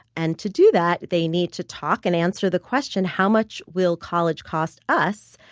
and to do that they need to talk and answer the question, how much will college cost us?